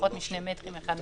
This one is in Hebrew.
פחות משני מטרים אחד מהשני.